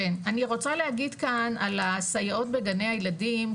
אני רוצה להגיד כאן על הסייעות בגני הילדים,